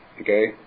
Okay